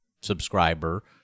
subscriber